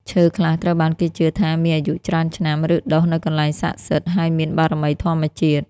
ឈើខ្លះត្រូវបានគេជឿថាមានអាយុច្រើនឆ្នាំ ឬដុះនៅកន្លែងស័ក្តិសិទ្ធិ ហើយមានបារមីធម្មជាតិ។